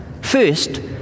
First